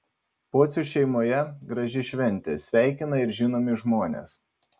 pocių šeimoje graži šventė sveikina ir žinomi žmonės